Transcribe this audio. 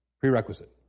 Prerequisite